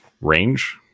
range